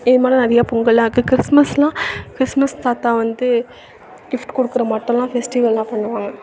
இதுமாதிரிலாம் நிறையா பொங்கல்லாம் இருக்குது கிறிஸ்மஸ்லாம் கிறிஸ்மஸ் தாத்தா வந்து கிஃப்ட் கொடுக்குற மட்டெல்லாம் ஃபெஸ்டிவல்லாம் பண்ணுவாங்க